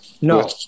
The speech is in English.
No